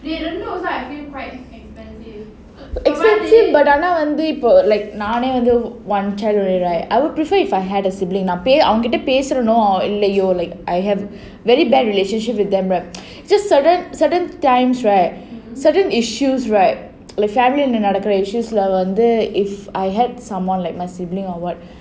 expensive but ஆனா வந்து:aana vandhu like நானே வந்து:naane vandhu one child only right I would prefer if I had a sibling now அவங்ககிட்ட பேசுறேனோ இல்லையோ:avangakita pesuraeno illayo like I have very bad relationship with them right just certain certain times right certain issues right like family நடக்குற:nadakkura issues lah வந்து:vandhu if I had someone like a sibling or [what]